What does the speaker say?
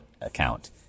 account